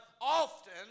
often